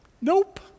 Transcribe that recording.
nope